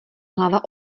hlava